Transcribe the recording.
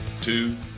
two